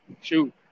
shoot